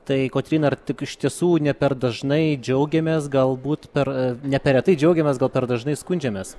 tai kotryna ar tik iš tiesų ne per dažnai džiaugiamės galbūt per ne per retai džiaugiamės gal per dažnai skundžiamės